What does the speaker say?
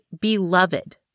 beloved